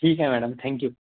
ठीक आहे madam thank you